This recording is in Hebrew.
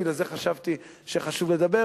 בגלל זה חשבתי שחשוב לדבר,